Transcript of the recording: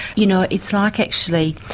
you know it's like actually